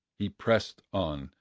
he pressed on,